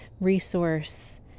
resource